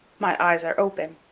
my eyes are open,